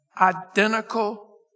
identical